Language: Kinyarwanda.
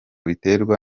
biterwa